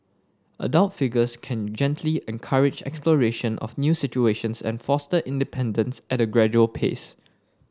adult figures can gently encourage exploration of new situations and foster independence at a gradual pace